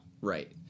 Right